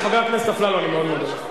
חבר הכנסת אפללו, אני מאוד מודה לך.